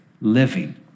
living